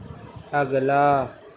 اگلا